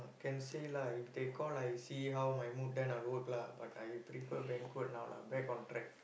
can say lah if they call like see how my mood then I work lah but I prefer banquet now lah back on track